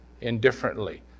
indifferently